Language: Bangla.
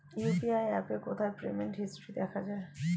ইউ.পি.আই অ্যাপে কোথায় পেমেন্ট হিস্টরি দেখা যায়?